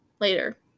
later